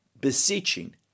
beseeching